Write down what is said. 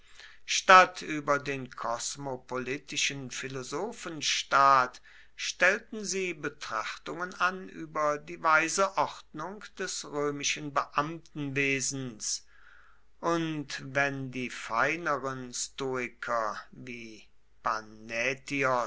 statt über den kosmopolitischen philosophenstaat stellten sie betrachtungen an über die weise ordnung des römischen beamtenwesens und wenn die feineren stoiker wie